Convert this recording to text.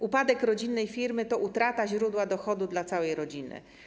Upadek rodzinnej firmy to utrata źródła dochodu dla całej rodziny.